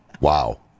Wow